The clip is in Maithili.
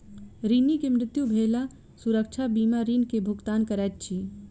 ऋणी के मृत्यु भेला सुरक्षा बीमा ऋण के भुगतान करैत अछि